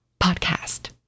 podcast